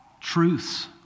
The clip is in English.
truths